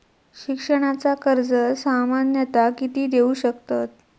शिक्षणाचा कर्ज सामन्यता किती देऊ शकतत?